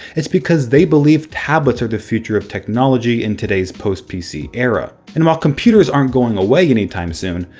it's because they believe tablets are the future of technology in today's post-pc era. and while computers aren't going away anytime soon,